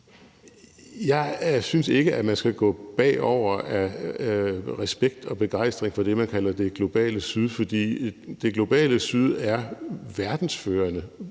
Jeg synes ikke, at man skal falde bagover af respekt og begejstring for det, man kalder det globale syd, for det globale syd er verdensførende